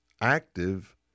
active